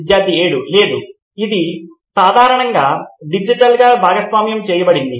విద్యార్థి 7 లేదు ఇది సాధారణంగా డిజిటల్గా భాగస్వామ్యం చేయబడుతుంది